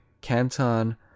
canton